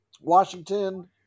Washington